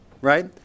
right